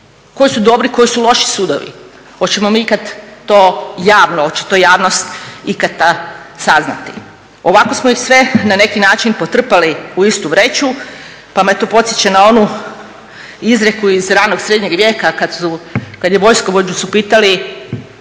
Koji su dobri koji su loši sudovi? Oćemo mi kad to javno, oće to javnost ikad saznati. Ovako smo ih sve na neki način potrpali u istu vreću pa me to podsjeća na onu izreku iz ranog srednjeg vijeka kad su vojskovođu pitali